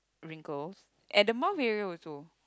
wrinkles at the mouth area also